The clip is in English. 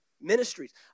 ministries